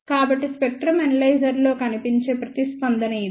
కాబట్టి స్పెక్ట్రం ఎనలైజర్లో కనిపించే ప్రతిస్పందన ఇది